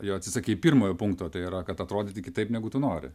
jo atsisakei pirmojo punkto tai yra kad atrodyti kitaip negu tu nori